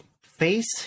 face